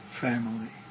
family